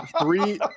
three